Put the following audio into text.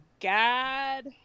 God